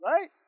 right